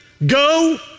Go